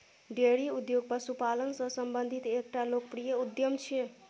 dairy उद्योग पशुपालन सं संबंधित एकटा लोकप्रिय उद्यम छियै